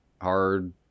hard